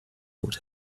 told